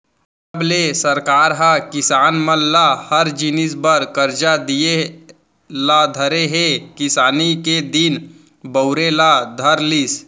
जब ले सरकार ह किसान मन ल हर जिनिस बर करजा दिये ल धरे हे किसानी के दिन बहुरे ल धर लिस